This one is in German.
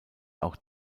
auch